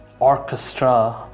orchestra